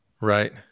Right